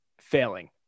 failing